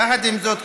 יחד עם זאת,